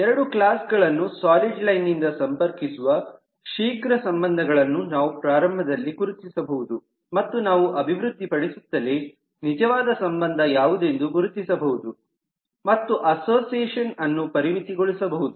ಎರಡು ಕ್ಲಾಸ್ ಗಳನ್ನು solid line ನಿಂದ ಸಂಪರ್ಕಿಸುವ ಶೀಘ್ರ ಸಂಬಂಧಗಳನ್ನು ನಾವು ಪ್ರಾರಂಭದಲ್ಲಿ ಗುರುತಿಸಬಹುದು ಮತ್ತು ನಾವು ಅಭಿವೃದ್ಧಿಪಡಿಸುತ್ತಲೆ ನಿಜವಾದ ಸಂಬಂಧ ಯಾವುದೆಂದು ಗುರುತಿಸಬಹುದು ಮತ್ತು ಅಸೋಸಿಯೇಷನ್ ಅನ್ನು ಪರಿಮಿತಿಗೊಳಿಸಬಹುದು